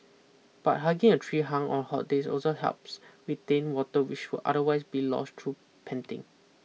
but hugging a tree hunk our hot days also helps retain water which would otherwise be lost through panting